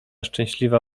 szczęśliwa